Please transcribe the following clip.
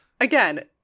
Again